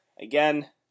Again